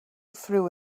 through